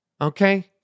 okay